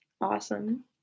Awesome